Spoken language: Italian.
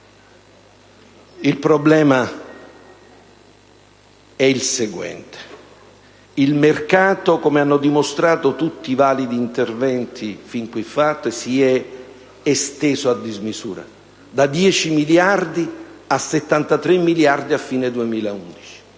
il problema è che il mercato, come hanno dimostrato tutti i validi interventi fin qui fatti, si è esteso a dismisura, da 10 a 73 miliardi a fine 2011.